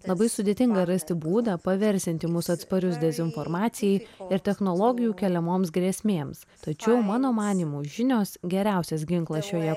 labai sudėtinga rasti būdą paversianti mus atsparius dezinformacijai ir technologijų keliamoms grėsmėms tačiau mano manymu žinios geriausias ginklas šioje